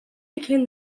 became